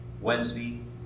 Wednesday